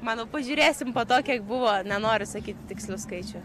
manau pažiūrėsim po to kiek buvo nenoriu sakyti tikslių skaičių